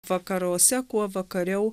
vakaruose kuo vakariau